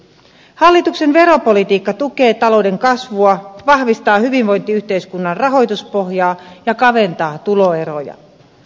hallituksen veropolitiikka tukee talouden kasvua vahvistaa hyvinvointiyhteiskunnan rahoituspohjaa ja kaventaa tuloeroja